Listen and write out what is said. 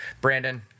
Brandon